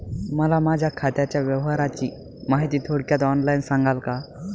मला माझ्या खात्याच्या व्यवहाराची माहिती थोडक्यात ऑनलाईन सांगाल का?